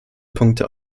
punkte